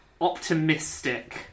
optimistic